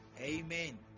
amen